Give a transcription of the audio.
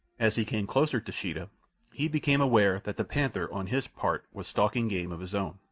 as he came closer to sheeta he became aware that the panther on his part was stalking game of his own,